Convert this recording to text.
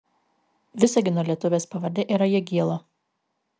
visagino lietuvės pavardė yra jagielo